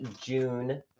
June